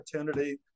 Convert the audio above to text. opportunity